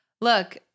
Look